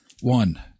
One